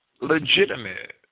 legitimate